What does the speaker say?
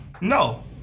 No